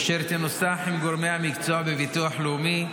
אשר תנוסח עם גורמי המקצוע בביטוח לאומי,